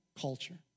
culture